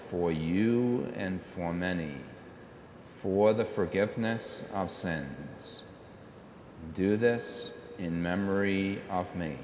for you and for many for the forgiveness of sins do this in memory of me